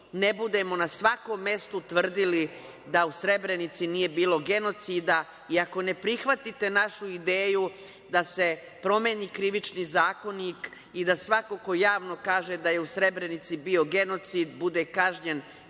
ne budemo na svakom mestu tvrdili da u Srebrenici nije bilo genocida i ako ne prihvatite našu ideju da se promeni Krivični zakonik i da svako ko javno kaže da je u Srebrenici bio genocid bude kažnjen